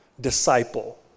Disciple